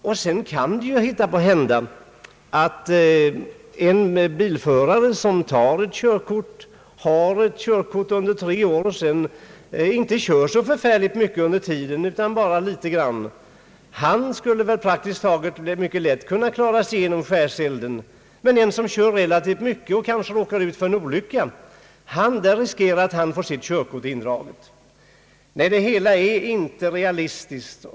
Det kan hända att en bilförare som tar ett körkort och under tre års tid inte kör så mycket skulle klara sig lätt genom skärselden, medan en annan bilförare som kör relativt mycket och råkar ut för en olycka riskerar att få sitt körkort indraget. Nej, motionsförslaget är inte realistiskt.